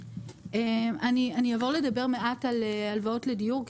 אני אעבור לדבר מעט על הלוואות לדיור,